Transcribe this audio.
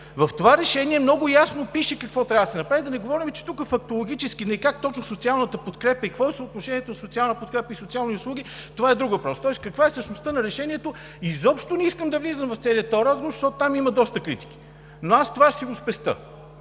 В това решение много ясно пише какво трябва да се направи, да не говорим, че тук фактологически не е – как точно е социалната подкрепа и какво е съотношението социална подкрепа и социални услуги, това е друг въпрос. Каква е същността на решението – изобщо не искам да влизам в целия този разговор, защото там има доста критики, но аз това ще си го спестя.